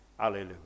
Hallelujah